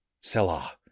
Selah